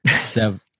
Seven